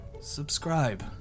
subscribe